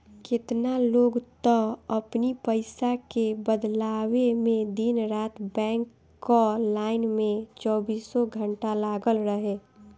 केतना लोग तअ अपनी पईसा के बदलवावे में दिन रात बैंक कअ लाइन में चौबीसों घंटा लागल रहे